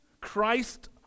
Christ